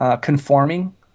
conforming